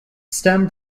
stem